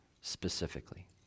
specifically